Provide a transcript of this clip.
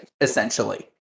essentially